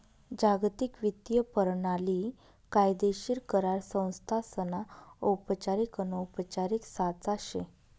जागतिक वित्तीय परणाली कायदेशीर करार संस्थासना औपचारिक अनौपचारिक साचा शे